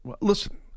Listen